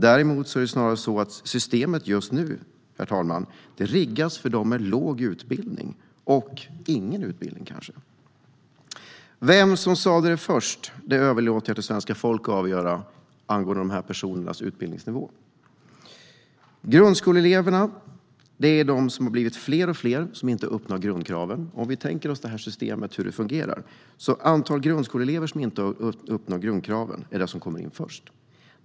Däremot verkar systemet just nu, herr talman, riggas för dem med låg utbildning eller kanske ingen utbildning. Vem som sa det först överlåter jag till svenska folket att avgöra angående dessa personers utbildningsnivå. Bland grundskoleeleverna har det blivit fler och fler som inte uppnår grundkraven. Låt oss tänka oss hur systemet fungerar: Grundskoleelever som inte har uppnått grundkraven är de som kommer in först.